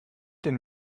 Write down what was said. den